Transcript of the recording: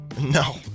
No